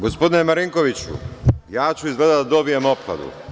Gospodine Marinkoviću, ja ću izgleda da dobijem opkladu.